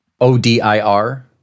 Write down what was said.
O-D-I-R